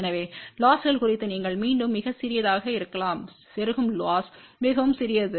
எனவே லொஸ்கள் குறித்து நீங்கள் மீண்டும் மிகச் சிறியதாக இருக்கலாம் செருகும் லொஸ் மிகவும் சிறியது